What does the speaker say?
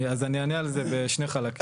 אז אני אענה על זה בשני חלקים.